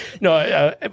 No